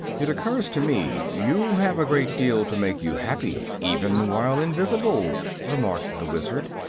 it occurs to me you have a great deal to make you happy, even while invisible, remarked the wizard.